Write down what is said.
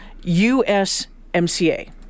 USMCA